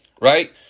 right